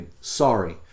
Sorry